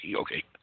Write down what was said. okay